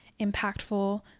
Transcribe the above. impactful